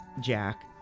Jack